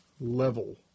level